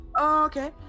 Okay